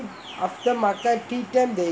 after makan tea time they